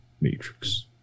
matrix